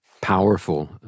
Powerful